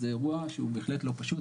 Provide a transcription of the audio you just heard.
זה אירוע שהוא בהחלט לא פשוט,